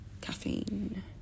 caffeine